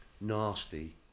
nasty